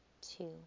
two